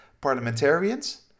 parliamentarians